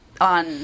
on